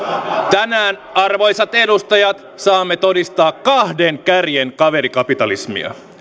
tänään arvoisat edustajat saamme todistaa kahden kärjen kaverikapitalismia